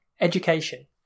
education